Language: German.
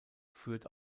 führt